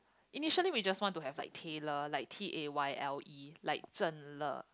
initially we just want to have like Tayle like T A Y L E like Zhen-Le